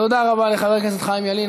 תודה רבה לחבר הכנסת חיים ילין.